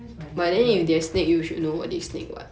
that's my